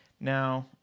Now